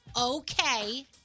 Okay